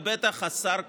ובטח השר כחלון,